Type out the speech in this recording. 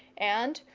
and,